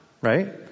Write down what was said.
right